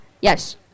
yes